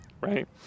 right